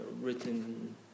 written